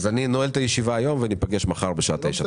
אני נועל את הישיבה היום, וניפגש מחר בשעה תשע.